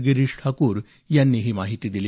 गिरीश ठाकूर यांनी ही माहिती दिली